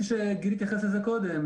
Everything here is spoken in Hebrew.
גיל התייחס לזה קודם,